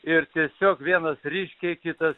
ir tiesiog vienas ryškiai kitas